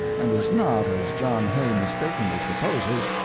and is not, as john hay mistakenly supposes,